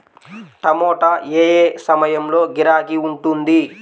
టమాటా ఏ ఏ సమయంలో గిరాకీ ఉంటుంది?